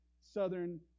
southern